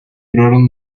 duraron